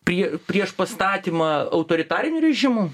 prie prieš pastatymą autoritarinių režimų